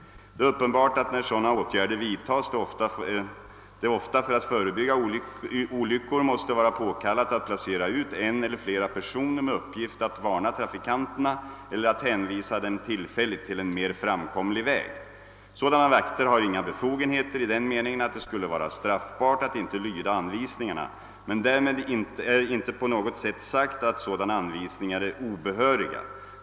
Det är uppenbart att när sådana åtgärder vidtas det ofta för att förebygga olyckor måste vara påkallat att placera ut en eller flera personer med uppgift att varna trafikanterna eller att hänvisa dem tillfälligt till en mer framkomlig väg. Sådana vakter har inga befogenheter i den meningen att det skulle vara straffbart att inte lyda anvisningarna, men därmed är inte på något sätt sagt att sådana anvisningar är obehöriga.